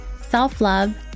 self-love